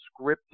scripted